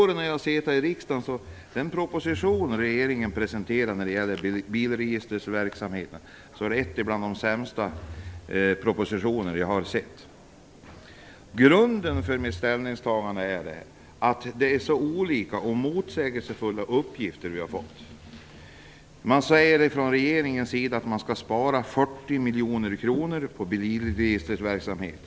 Regeringens proposition är vad bilregistrets verksamhet beträffar en av de sämsta jag har sett under mina år i riksdagen. Grunden för mitt ställningstagande är att uppgifterna vi fått är så motsägelsefulla och sinsemellan olika. Regeringen vill spara 40 miljoner kronor på bilregistrets verksamhet.